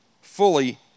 fully